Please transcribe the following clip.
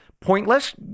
pointless